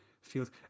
feels